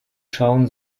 schauen